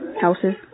Houses